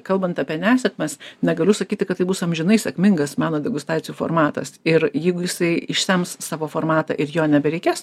kalbant apie nesėkmes negaliu sakyti kad tai bus amžinai sėkmingas meno degustacijų formatas ir jeigu jisai išsems savo formatą ir jo nebereikės